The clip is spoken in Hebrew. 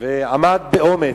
הוא עמד באומץ,